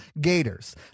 Gators